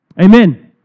Amen